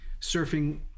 surfing